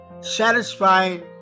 satisfying